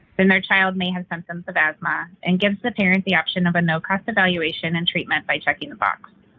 then their child may have symptoms of asthma and gives the parent the option of a no-cost evaluation and treatment by checking the box.